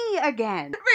again